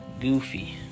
goofy